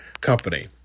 company